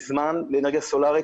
לאנרגיה סולרית.